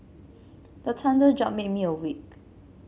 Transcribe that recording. the thunder jolt me awake